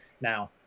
Now